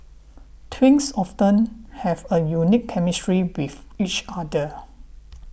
twins often have a unique chemistry with each other